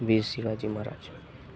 વેશિયાજી Maharaj